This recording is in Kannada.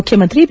ಮುಖ್ಯಮಂತ್ರಿ ಬಿ